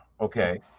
Okay